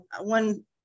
one